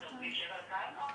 שבינתיים תדבר